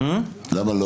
--- למה לא?